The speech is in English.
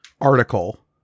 article